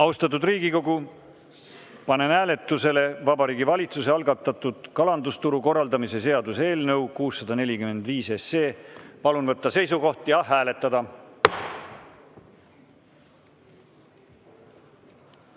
Austatud Riigikogu, panen hääletusele Vabariigi Valitsuse algatatud kalandusturu korraldamise seaduse eelnõu 645. Palun võtta seisukoht ja hääletada!